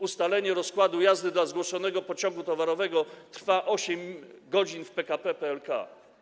Ustalenie rozkładu jazdy dla zgłoszonego pociągu towarowego trwa 8 godzin w PKP PLK.